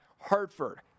Hartford